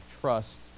trust